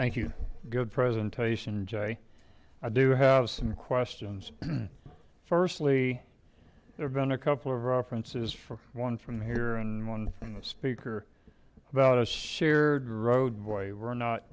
you good presentation jay i do have some questions firstly there have been a couple of references for one from here and one from the speaker about a shared roadway we're not